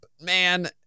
Man